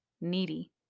needy